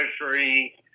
Treasury